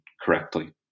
correctly